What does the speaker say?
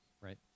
right